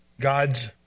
God's